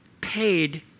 paid